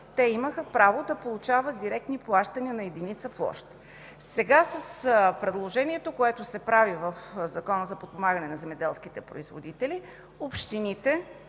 те имаха право да получават директни плащания на единица площ. Сега с предложението, което се прави в Законопроекта за подпомагане на земеделските производители, общините